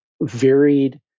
varied